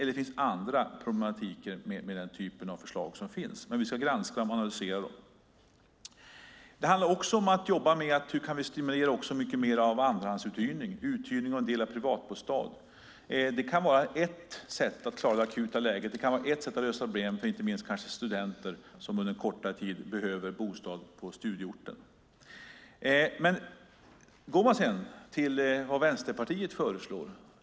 Det finns också andra problematiker med den typen av förslag som finns, men vi ska granska och analysera dem. Det handlar också om: Hur kan vi stimulera mycket mer av andrahandsuthyrning och uthyrning av del av privatbostad? Det kan vara ett sätt att klara det akuta läget kanske inte minst för studenter som under en kortare tid behöver bostad på studieorten. Man kan sedan gå till vad Vänsterpartiet föreslår.